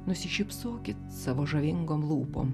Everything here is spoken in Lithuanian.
nusišypsokit savo žavingom lūpom